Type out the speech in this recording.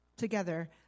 together